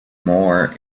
more